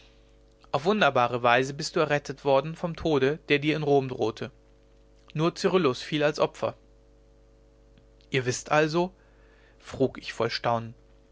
auf wunderbare weise bist du errettet worden vom tode der dir in rom drohte nur cyrillus fiel als opfer ihr wißt also frug ich voll staunen